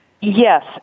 Yes